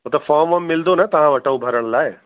हो त फ़ॉर्म वॉर्म मिलंदो न तव्हां वटां भरण लाइ